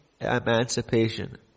emancipation